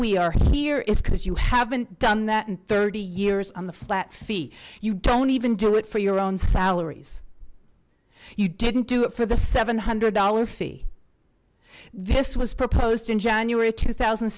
we are here is because you haven't done that in thirty years on the flat fee you don't even do it for your own salaries you didn't do it for the seven hundred dollars fee this was proposed in january two thousand